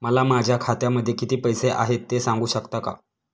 मला माझ्या खात्यामध्ये किती पैसे आहेत ते सांगू शकता का?